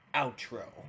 outro